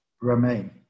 remain